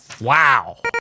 Wow